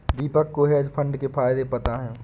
दीपक को hedge fund के फायदे पता है